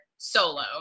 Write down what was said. solo